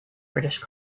british